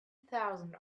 thousand